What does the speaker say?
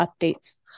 updates